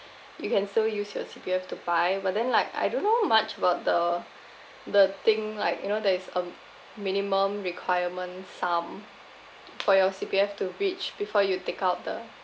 you can still use your C_P_F to buy but then like I don't know much about the the thing like you know there is a minimum requirement sum for your C_P_F to reach before you take out the